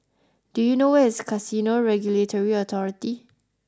do you know where is Casino Regulatory Authority